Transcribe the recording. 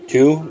Two